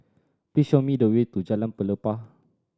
please show me the way to Jalan Pelepah